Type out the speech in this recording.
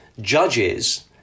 judges